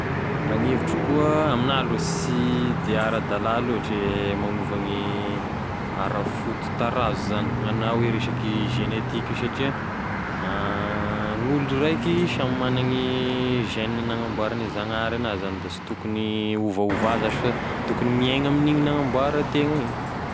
Raha gn'evitriko koa, raha amignahy aloha sy de ara-dala loatry e magova gne ara-fototarazo zany na hoe resaky genetiky io satria gn'olo raiky samy magnany gene nagnamboarane zagnahary anazy zany da sy tokony ovaovà zash fa tokony miaigna amign'igny nanamboara ategna igny.